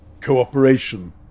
cooperation